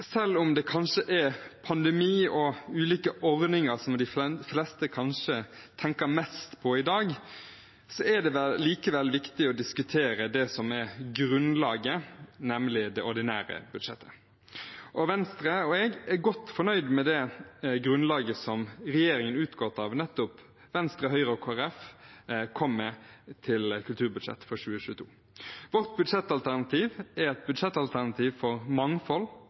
ulike ordninger de fleste tenker mest på i dag, er det likevel viktig å diskutere det som er grunnlaget, nemlig det ordinære budsjettet. Venstre og jeg er godt fornøyd med det grunnlaget som regjeringen utgått av nettopp Venstre, Høyre og Kristelig Folkeparti kom med til kulturbudsjettet for 2022. Vårt budsjettalternativ er et budsjettalternativ for mangfold